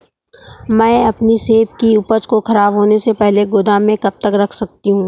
मैं अपनी सेब की उपज को ख़राब होने से पहले गोदाम में कब तक रख सकती हूँ?